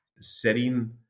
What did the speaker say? Setting